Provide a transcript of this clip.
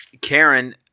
Karen